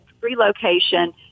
relocation